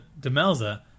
Demelza